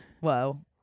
Whoa